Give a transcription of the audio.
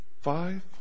five